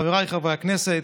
חבריי חברי הכנסת,